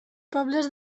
pobles